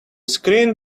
screen